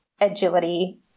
agility